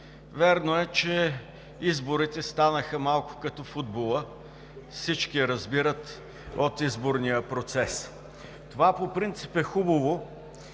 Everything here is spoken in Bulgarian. Вярно е, че изборите станаха малко като футбола – всички разбират от изборния процес. Това по принцип е хубаво